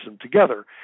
together